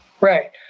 right